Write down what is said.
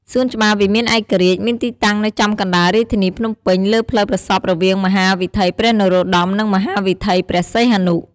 សួនច្បារវិមានឯករាជ្យ មានទីតាំងនៅចំកណ្តាលរាជធានីភ្នំពេញ លើផ្លូវប្រសព្វរវាងមហាវិថីព្រះនរោត្តម និងមហាវិថីព្រះសីហនុ។